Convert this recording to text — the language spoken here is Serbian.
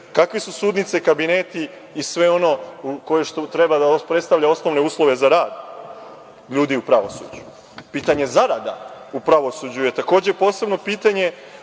kakve su sudnice, kabineti i sve ono što treba da predstavlja osnovne uslove za rad ljudi u pravosuđu. Pitanje zarada u pravosuđu, je takođe, posebno pitanje,